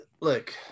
look